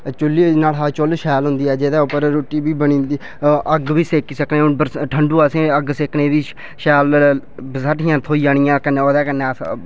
चुल्ली न्हाड़ै शा चुल्ल शैल होंदी जेह्दे उप्पर रुट्टी बी बनी जंदी अग्ग बी सेकी सकने उं'दे पर ठंडू असें ई अग्ग सेकने बी शैल बस्हाठियां थ्होई जानियां ओह्दे कन्नै ओह्दे कन्नै अस